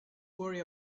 worry